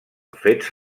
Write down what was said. fets